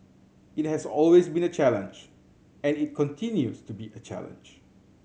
it has always been a challenge and it continues to be a challenge